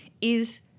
is-